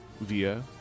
via